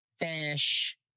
FISH